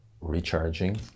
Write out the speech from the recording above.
recharging